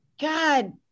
God